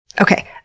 Okay